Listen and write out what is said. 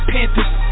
Panthers